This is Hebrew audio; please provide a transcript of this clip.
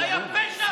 זה היה פשע כנגד הדגל.